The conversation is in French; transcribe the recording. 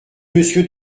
monsieur